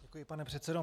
Děkuji, pane předsedo.